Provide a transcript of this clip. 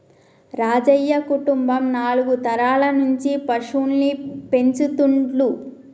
రాజయ్య కుటుంబం నాలుగు తరాల నుంచి పశువుల్ని పెంచుతుండ్లు